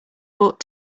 bought